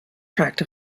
tract